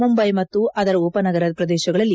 ಮುಂಬೈ ಮತ್ತು ಅದರ ಉಪನಗರ ಪ್ರದೇಶಗಳಲ್ಲಿ